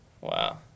Wow